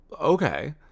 okay